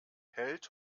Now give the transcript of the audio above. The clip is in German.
hält